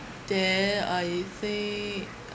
then I think